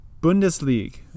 Bundesliga